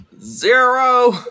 Zero